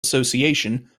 association